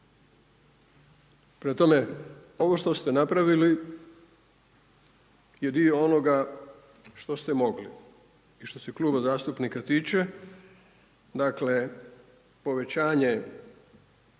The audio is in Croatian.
Prema tome, ovo što ste napravili je dio onoga što ste mogli. I što se Kluba zastupnika tiče, dakle, povećanje